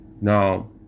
Now